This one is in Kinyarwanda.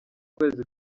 kwezi